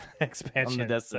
expansion